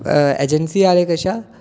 ऐ ऐ अजैंसी आह्ले कशा